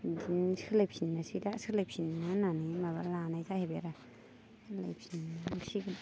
बिदिनो सोलायफिननोसै दा सोलायफिननो होननानै माबा लानाय जाहैबाय आरो सोलायफिननांसिगोन